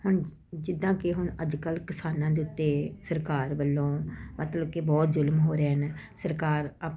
ਹੁਣ ਜਿੱਦਾਂ ਕਿ ਹੁਣ ਅੱਜ ਕੱਲ ਕਿਸਾਨਾਂ ਦੇ ਉੱਤੇ ਸਰਕਾਰ ਵੱਲੋਂ ਮਤਲਬ ਕਿ ਬਹੁਤ ਜ਼ੁਲਮ ਹੋ ਰਿਹਾ ਨਾ ਸਰਕਾਰ ਅਪ